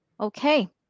okay